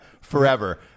forever